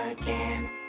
again